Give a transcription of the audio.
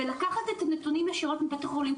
ולקחת את הנתונים ישירות מבית החולים,